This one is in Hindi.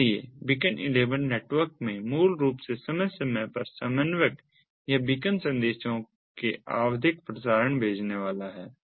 इसलिए बीकन इनेबल्ड नेटवर्क में मूल रूप से समय समय पर समन्वयक यह बीकन संदेशों के आवधिक प्रसारण भेजने वाला है